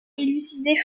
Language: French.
élucidée